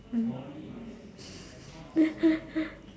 mm